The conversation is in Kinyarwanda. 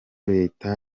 leta